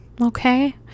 okay